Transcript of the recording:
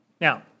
Now